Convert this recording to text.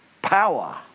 Power